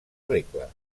regla